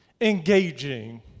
engaging